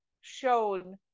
shown